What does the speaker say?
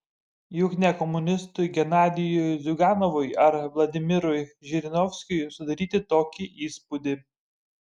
juk ne komunistui genadijui ziuganovui ar vladimirui žirinovskiui sudaryti tokį įspūdį